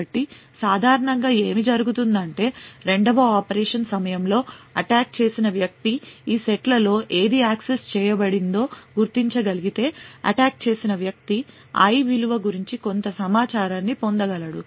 కాబట్టి సాధారణంగా ఏమి జరుగుతుందంటే రెండవ ఆపరేషన్ సమయంలో అటాక్ చేసిన వ్యక్తి ఈ సెట్లలో ఏది యాక్సెస్ చేయబడిందో గుర్తించగలిగితే అటాక్ చేసిన వ్యక్తి i విలువ గురించి కొంత సమాచారాన్ని పొందగలడు